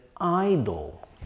idol